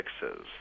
fixes